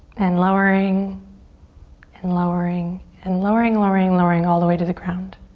and lowering and lowering and lowering, lowering, lowering all the way to the ground.